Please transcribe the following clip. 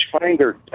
Finder